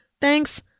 Thanks